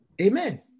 Amen